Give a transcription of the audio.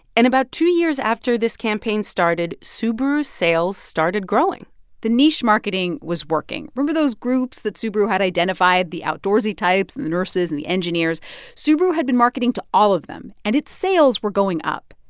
and about two years after this campaign started, subaru's sales started growing the niche marketing was working. remember those groups that subaru had identified the outdoorsy types and the nurses and the engineers subaru had been marketing to all of them, and its sales were going up.